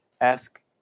ask